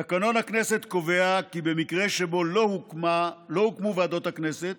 תקנון הכנסת קובע כי במקרה שבו לא הוקמו ועדות הכנסת